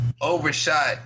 overshot